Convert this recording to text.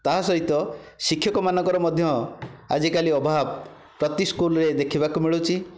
ତାହା ସହିତ ଶିକ୍ଷକମାନଙ୍କର ମଧ୍ୟ ଆଜିକାଲି ଅଭାବ ପ୍ରତି ସ୍କୁଲରେ ଦେଖିବାକୁ ମିଳୁଛି